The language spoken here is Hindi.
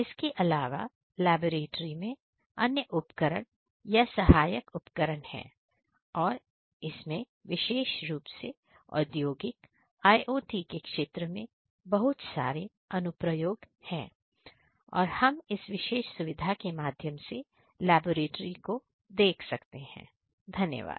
इसके अलावा लैबोरेट्री में अन्य उपकरण या सहायक उपकरण हैं और इसमें विशेष रूप से औद्योगिक IoT के क्षेत्र में बहुत सारे अनुप्रयोग हैं और हम इस विशेष सुविधा के माध्यम से लेबोरेटरी को देख सकते हैं धन्यवाद